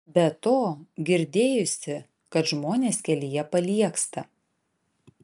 be to girdėjusi kad žmonės kelyje paliegsta